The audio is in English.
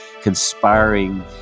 conspiring